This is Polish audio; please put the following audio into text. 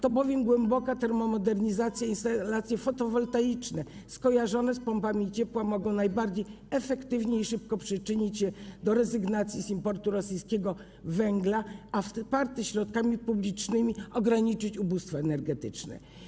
To bowiem głęboka termomodernizacja i instalacje fotowoltaiczne skojarzone z pompami ciepła mogą najbardziej efektywnie i szybko przyczynić się do rezygnacji z importu rosyjskiego węgla, a wsparte środkami publicznymi mogą ograniczyć ubóstwo energetyczne.